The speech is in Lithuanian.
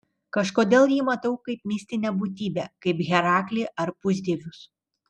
kažkodėl jį matau kaip mistinę būtybę kaip heraklį ar pusdievius